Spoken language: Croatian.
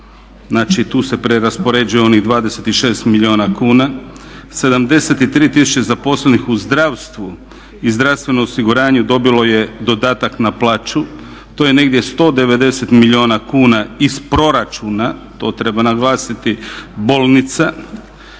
tu se preraspoređuje onih 26 milijuna kuna, 73 tisuće zaposlenih u zdravstvu i zdravstvenom osiguranju dobilo je dodatak na plaću, to je negdje 190 milijuna kuna iz proračuna, to treba naglasiti bolnica.